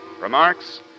Remarks